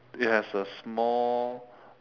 it has a small